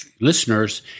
listeners